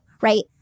right